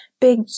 big